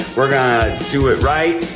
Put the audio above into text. we're gonna do it right,